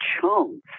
chance